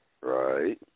right